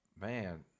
man